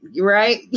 right